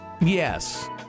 Yes